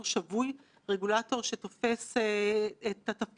אני מקווה שהדוח הזה ינער קצת את המערכת